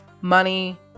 money